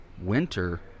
winter